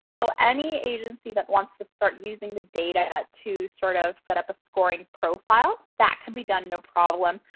so any agency that wants to start using the data to sort of set up a scoring profile, that could be done no problem.